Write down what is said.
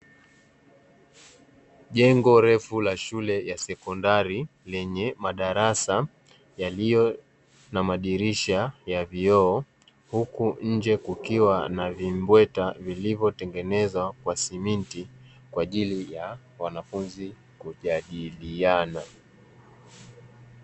Jengo refu la shule ya sekondari lenye madarasa, yaliyo na madirisha ya vioo, huku nje kukiwa na vimbweta vilivyotengenezwa kwa siminti, kwa ajili ya wanafunzi kujadiliana.